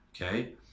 okay